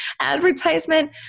advertisement